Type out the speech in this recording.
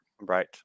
Right